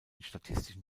statischen